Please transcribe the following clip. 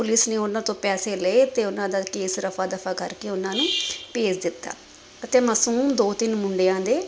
police ਨੇ ਉਹਨਾਂ ਤੋਂ ਪੈਸੇ ਲਏ ਅਤੇ ਉਹਨਾਂ ਦਾ ਕੇਸ ਰਫਾ ਦਫਾ ਕਰ ਕੇ ਉਹਨਾਂ ਨੂੰ ਨੂੰ ਭੇਜ ਦਿੱਤਾ ਅਤੇ ਮਾਸੂਮ ਦੋ ਤਿੰਨ ਮੁੰਡਿਆਂ ਦੇ